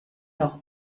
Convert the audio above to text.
noch